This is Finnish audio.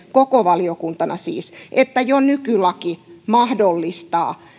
koko valiokuntana siis yhtyi tähän näkemykseen että jo nykylaki mahdollistaa